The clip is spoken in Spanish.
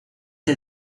the